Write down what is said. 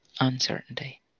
Uncertainty